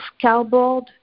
cardboard